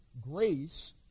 grace